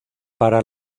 para